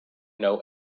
know